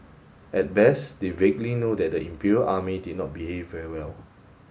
at best they vaguely know that the Imperial Army did not behave very well